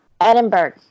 Edinburgh